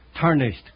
tarnished